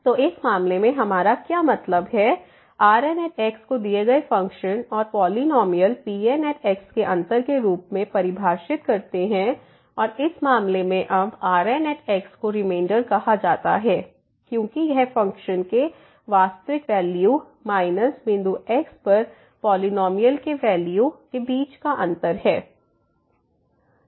तो इस मामले में हमारा क्या मतलब है Rn को दिए गए फ़ंक्शन और पॉलिनॉमियल Pn के अंतर के रूप में परिभाषित करते हैं और इस मामले में अब Rn को रिमेनडर कहा जाता है क्योंकि यह फ़ंक्शन के वास्तविक वैल्यू माइनस बिंदु x पर पॉलिनॉमियल वैल्यू के बीच का अंतर है